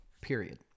Period